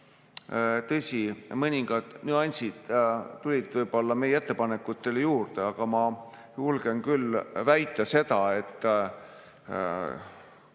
tõsi, mõningad nüansid tulid meie ettepanekutele juurde. Aga ma julgen küll väita seda, et